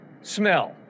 smell